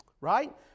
right